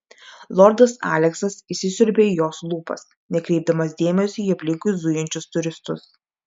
lordas aleksas įsisiurbė į jos lūpas nekreipdamas dėmesio į aplinkui zujančius turistus